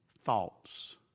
thoughts